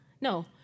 No